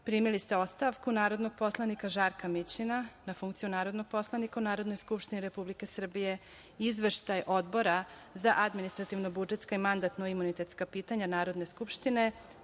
ste ostavku narodnog poslanika Žarka Mićina na funkciju narodnog poslanika u Narodnoj skupštini Republike Srbije i Izveštaj Odbora za administrativno-budžetska i mandatno-imunitetska pitanja Narodne skupštine